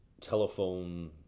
telephone